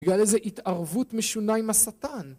בגלל איזו התערבות משונה עם השטן.